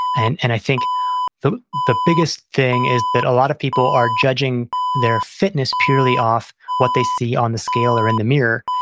and and i think the the biggest thing is that a lot of people are judging their fitness purely off what they see on the scale or in the mirror,